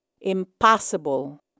impossible